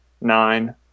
nine